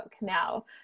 now